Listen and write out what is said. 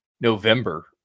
november